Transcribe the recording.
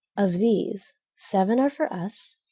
of these, seven are for us,